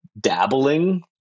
dabbling